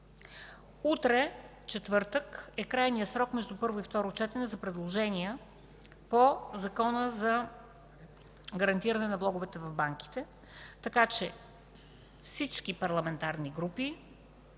Утре – четвъртък, е крайният срок между първо и второ четене за предложения по Закона за гарантиране на влоговете в банките, така че всички парламентарни групи,